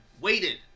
waited